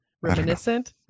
reminiscent